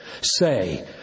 say